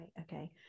okay